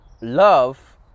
love